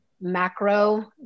macro